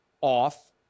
off